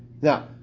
Now